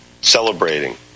celebrating